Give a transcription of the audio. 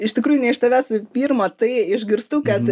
iš tikrųjų ne iš tavęs pirma tai išgirstu kad